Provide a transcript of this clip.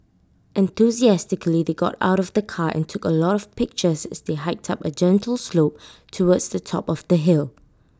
enthusiastically they got out of the car and took A lot of pictures as they hiked up A gentle slope towards the top of the hill